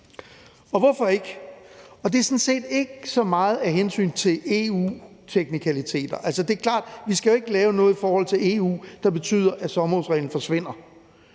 dag. Hvorfor så ikke det? Det er sådan set ikke så meget af hensyn til EU-teknikaliteter. Altså, det er klart, at vi jo ikke skal lave noget i forhold til EU, der betyder, at sommerhusreglen forsvinder,